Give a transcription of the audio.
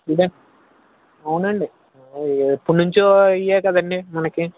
ఇదో అవునండి ఎప్పడ్నుంచో ఇవే కదండీ మనకి